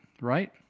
right